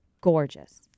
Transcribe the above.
gorgeous